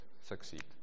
succeed